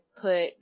put